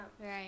Right